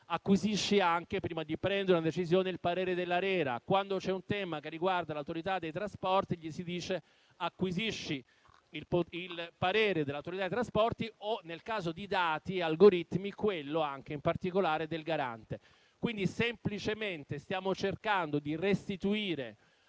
acquisire, prima di prendere una decisione, anche il parere dell'ARERA; quando c'è un tema che riguarda l'autorità dei trasporti, gli si dice di acquisire il parere dell'autorità dei trasporti o, nel caso di dati o algoritmi, anche quello in particolare del Garante. Stiamo semplicemente cercando di restituire